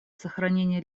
сохранения